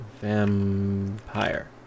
vampire